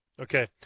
Okay